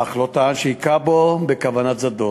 אך לא טען שהכה אותו בכוונת זדון.